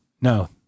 No